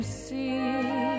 see